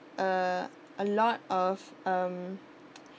uh a lot of um